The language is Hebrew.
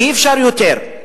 כי אי-אפשר יותר.